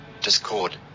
discord